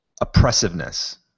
oppressiveness